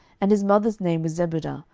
and his mother's name was zebudah,